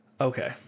Okay